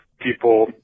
people